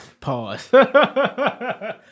Pause